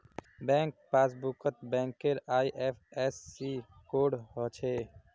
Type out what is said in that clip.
bank पासबुकत बैंकेर IFSC code हछे